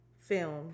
film